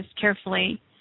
carefully